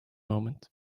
moment